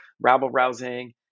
rabble-rousing